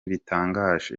bitangaje